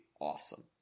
awesome